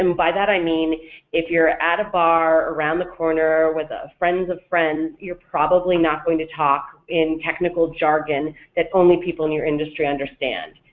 um by that i mean if you're at a bar around the corner with friends of friends, you're probably not going to talk in technical jargon that only people in your industry understand.